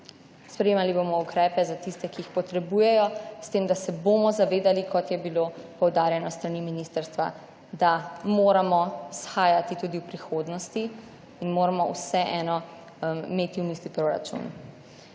Sprejemali bomo ukrepe za tiste, ki jih potrebujejo, s tem, da se bomo zavedali, kot je bilo poudarjeno s strani ministrstva, da moramo shajati tudi v prihodnosti in moramo vseeno imeti v mislih proračun.